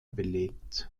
belegt